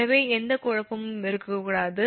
எனவே எந்த குழப்பமும் இருக்கக்கூடாது